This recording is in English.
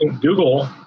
Google